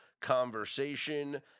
conversation